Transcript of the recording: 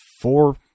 four